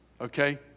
Okay